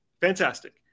Fantastic